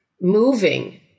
moving